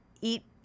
eat